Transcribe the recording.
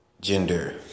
gender